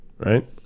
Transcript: Right